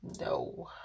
No